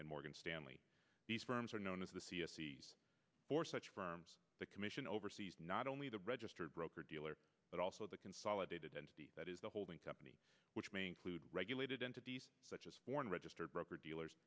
and morgan stanley these firms are known as the c f c s or such firms the commission oversees not only the registered broker dealer but also the consolidated entity that is the holding company which may include regulated entities such as foreign registered broker dealers